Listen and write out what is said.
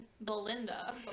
Belinda